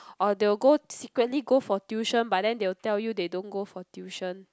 or they'll go secretly go for tuition but then they will tell you they don't go for tuition